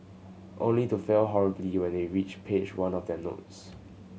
only to fail horribly when they reach page one of their notes